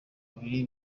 babiri